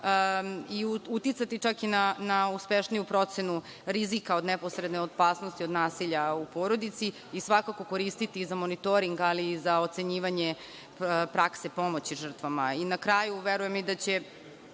i uticati, čak, na uspešniju procenu rizika od neposredne opasnosti od nasilja u porodici i svakako koristiti i za monitoring i za ocenjivanje prakse pomoći žrtvama. Na kraju, verujem da će